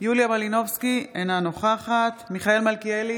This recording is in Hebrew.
יוליה מלינובסקי, אינה נוכחת מיכאל מלכיאלי,